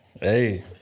Hey